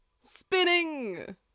Spinning